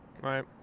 Right